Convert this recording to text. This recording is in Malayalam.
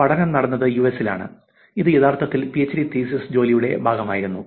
പഠനം നടന്നത് യുഎസിലാണ് ഇത് യഥാർത്ഥത്തിൽ പിഎച്ച്ഡി തീസിസ് ജോലിയുടെ ഭാഗമായിരുന്നു